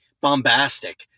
bombastic